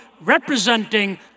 representing